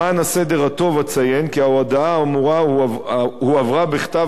למען הסדר הטוב אציין כי ההודעה האמורה הועברה בכתב